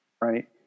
right